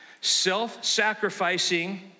self-sacrificing